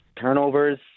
turnovers